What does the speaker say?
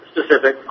Specific